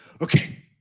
okay